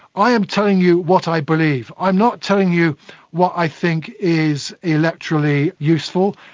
i am telling you what i believe, i'm not telling you what i think is electorally useful,